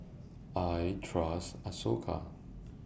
I Trust Isocal